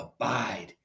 abide